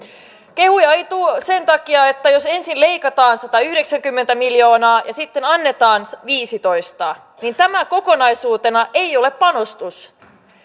kehuja ei tule sen takia että jos ensin leikataan satayhdeksänkymmentä miljoonaa ja sitten annetaan viisitoista niin tämä kokonaisuutena ei ole panostus